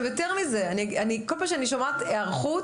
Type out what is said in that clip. יותר מזה, בכל פעם שאני שומעת היערכות,